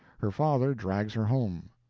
her father drags her home.